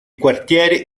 quartiere